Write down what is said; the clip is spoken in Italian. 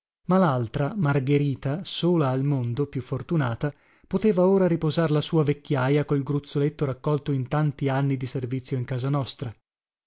ma laltra margherita sola al mondo più fortunata poteva ora riposar la sua vecchiaja col gruzzoletto raccolto in tanti anni di servizio in casa nostra